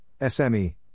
SME